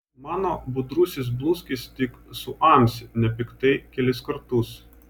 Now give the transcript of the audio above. mano budrusis bluskis tik suamsi nepiktai kelis kartus